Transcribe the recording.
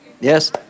yes